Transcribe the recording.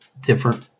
different